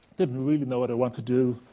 didn't really know what i wanted to do.